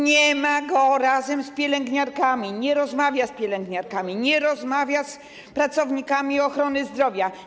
Nie ma go razem z pielęgniarkami, nie rozmawia z pielęgniarkami, nie rozmawia z pracownikami ochrony zdrowia.